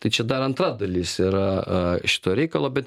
tai čia dar antra dalis yra a šito reikalo bet